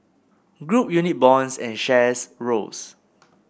group unit bonds and shares rose